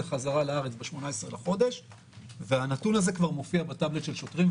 בחזרה לארץ ב-18 בחודש והנתון הזה כבר מופיע בטאבלט של שוטרים,